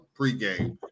pregame